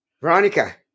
Veronica